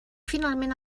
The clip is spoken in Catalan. finalment